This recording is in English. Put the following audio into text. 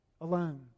alone